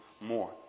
more